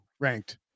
ranked